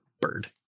bird